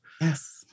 yes